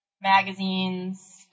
magazines